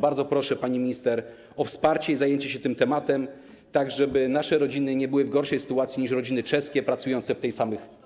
Bardzo proszę, pani minister, o wsparcie i zajęcie się tym tematem, tak żeby nasze rodziny nie były w gorszej sytuacji niż rodziny czeskie pracujące w